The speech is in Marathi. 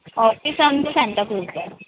ऑफिस आमचं सांताक्रूजला आहे